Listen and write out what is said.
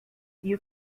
you